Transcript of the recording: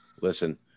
Listen